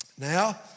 Now